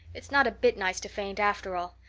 it's not a bit nice to faint, after all.